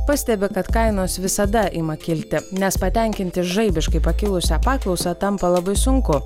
pastebi kad kainos visada ima kilti nes patenkinti žaibiškai pakilusią paklausą tampa labai sunku